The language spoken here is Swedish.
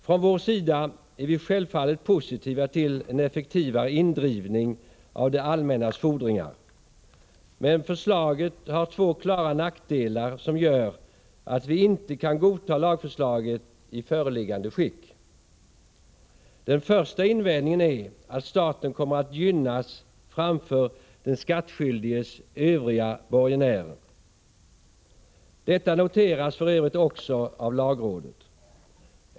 Från vår sida är vi självfallet positiva till en effektivare indrivning av det allmännas fordringar, men lagförslaget har två klara nackdelar som gör att vi inte kan godta det i föreliggande skick. Den första invändningen är att staten kommer att gynnas framför den skattskyldiges övriga borgenärer. Detta noteras för övrigt också av lagrådet.